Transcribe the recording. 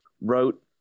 wrote